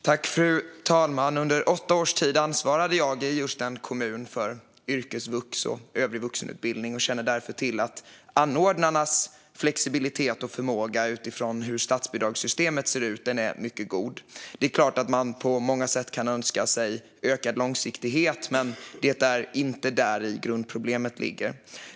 Fru talman! Under åtta års tid ansvarade jag i en kommun för yrkesvux och övrig vuxenutbildning och känner därför till att anordnarnas förmåga och flexibilitet utifrån hur statsbidragssystemet ser ut är mycket god. Det är klart att man på många sätt kan önska sig ökad långsiktighet, men det är inte däri grundproblemet ligger.